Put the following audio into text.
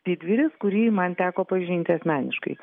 didvyris kurį man teko pažinti asmeniškai